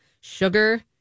sugar